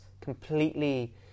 completely